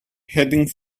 heading